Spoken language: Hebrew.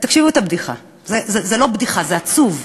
תקשיבו לבדיחה, זה לא בדיחה, זה עצוב: